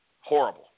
horrible